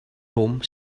home